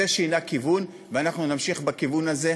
זה שינה כיוון, ואנחנו נמשיך בכיוון הזה,